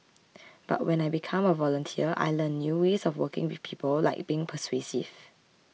but when I become a volunteer I learn new ways of working with people like being persuasive